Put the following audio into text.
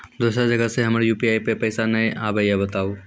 दोसर जगह से हमर यु.पी.आई पे पैसा नैय आबे या बताबू?